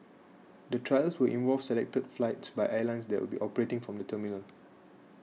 the trials will involve selected flights by airlines that will be operating from the terminal